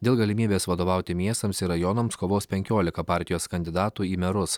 dėl galimybės vadovauti miestams ir rajonams kovos penkiolika partijos kandidatų į merus